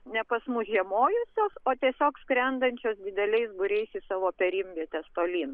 ne pas mus žiemojančios o tiesiog skrendančios dideliais būriais į savo perimvietes tolyn